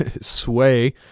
sway